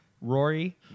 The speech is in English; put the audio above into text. Rory